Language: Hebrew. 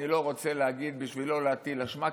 אני לא רוצה להגיד בשביל לא להטיל אשמה,